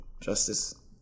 Justice